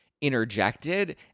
interjected